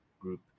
group